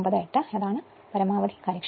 98 എന്ന പരമാവധി കാര്യക്ഷമത